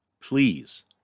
please